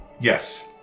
Yes